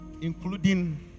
Including